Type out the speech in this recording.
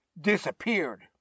disappeared